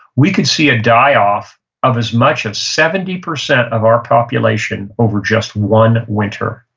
we could see a die-off of as much of seventy percent of our population over just one winter.